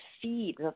feed